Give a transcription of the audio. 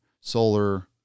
solar